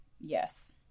Yes